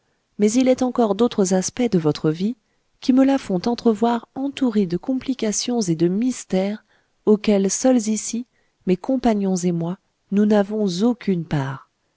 mais il est encore d'autres aspects de votre vie qui me la font entrevoir entourée de complications et de mystères auxquels seuls ici mes compagnons et moi nous n'avons aucune part